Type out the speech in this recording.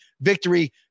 victory